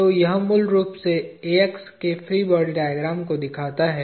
तो यह मूल रूप से AX के फ्री बॉडी डायग्राम को दिखाता है